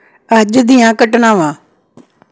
ਅੱਜ ਦੀਆਂ ਘਟਨਾਵਾਂ